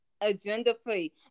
agenda-free